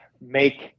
make